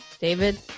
David